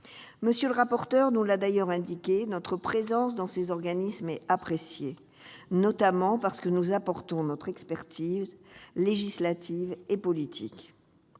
M. le rapporteur, notre présence dans ces organismes est appréciée, notamment parce que nous apportons notre expertise législative et politique.